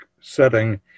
setting